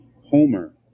Homer